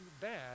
bad